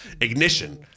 Ignition